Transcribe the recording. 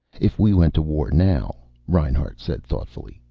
if we went to war now, reinhart said thoughtfully,